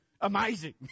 amazing